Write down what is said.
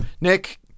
nick